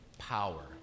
power